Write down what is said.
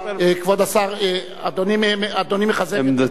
כבוד השר, אדוני מחזק את עמדתך.